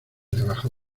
debajo